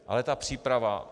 Ale ta příprava?